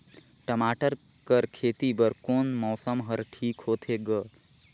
टमाटर कर खेती बर कोन मौसम हर ठीक होथे ग?